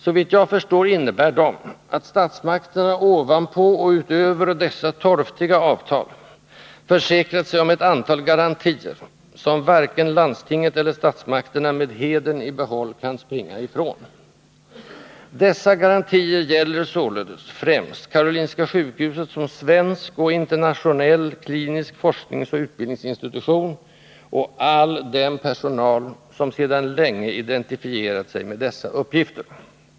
Såvitt jag förstår innebär de att statsmakterna ovanpå och utöver dessa torftiga avtal försäkrat sig om ett antal garantier, som varken landstinget eller statsmakterna med hedern i behåll kan springa ifrån. Dessa garantier gäller således främst Karolinska sjukhuset som svensk och internationell, klinisk forskningsoch utbildningsinstitution och all den personal som sedan länge identifierat sig med dess uppgifter.